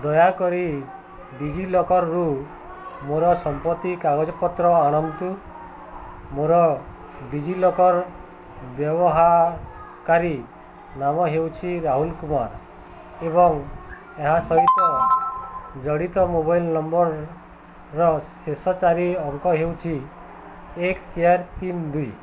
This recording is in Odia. ଦୟାକରି ଡି ଜି ଲକର୍ରୁ ମୋର ସମ୍ପତ୍ତି କାଗଜପତ୍ର ଆଣନ୍ତୁ ମୋର ଡି ଜି ଲକର୍ ବ୍ୟବହାରକାରୀ ନାମ ହେଉଛି ରାହୁଲ କୁମାର ଏବଂ ଏହା ସହିତ ଜଡ଼ିତ ମୋବାଇଲ ନମ୍ବରର ଶେଷ ଚାରି ଅଙ୍କ ହେଉଛି ଏକ ଚାରି ତିନି ଦୁଇ